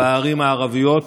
בערים הערביות?